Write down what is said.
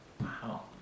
Wow